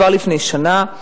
כבר לפני שנה,